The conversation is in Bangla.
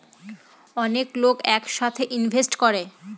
অনেক লোক এক সাথে ইনভেস্ট করে